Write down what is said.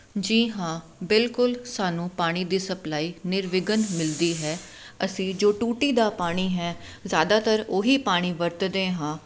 ਜੀ ਹਾਂ ਬਿਲਕੁਲ ਸਾਨੂੰ ਪਾਣੀ ਦੀ ਸਪਲਾਈ ਨਿਰਵਿਘਨ ਮਿਲਦੀ ਹੈ ਅਸੀਂ ਜੋ ਟੂਟੀ ਦਾ ਪਾਣੀ ਹੈ ਜ਼ਿਆਦਾਤਰ ਉਹੀ ਪਾਣੀ ਵਰਤਦੇ ਹਾਂ